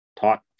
taught